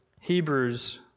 Hebrews